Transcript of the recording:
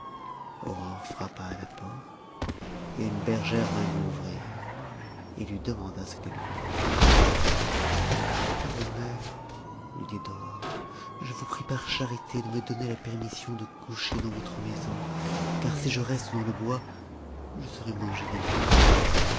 frappa à la porte et une bergère vint lui ouvrir et lui demanda ce qu'elle voulait ma bonne mère lui dit aurore je vous prie par charité de me donner la permission de coucher dans votre maison car si je reste dans le bois je serais mangée des loups